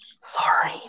Sorry